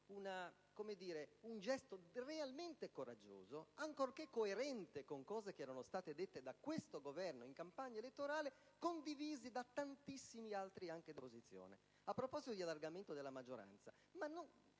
un gesto realmente coraggioso, ancorché coerente con cose che erano state dette da questo Governo in campagna elettorale, e condivise anche da tantissimi altri, anche dell'opposizione. A proposito di allargamento della maggioranza, qualcuno